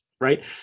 right